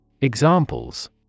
Examples